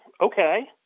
Okay